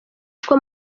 kuko